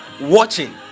watching